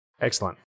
Excellent